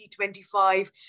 2025